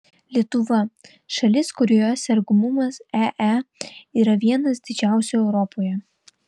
lietuva šalis kurioje sergamumas ee yra vienas didžiausių europoje